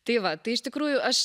tai va tai iš tikrųjų aš